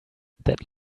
that